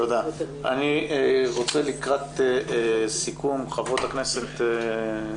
אני רוצה לקראת סיכום, חברות הכנסת,